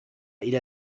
إلى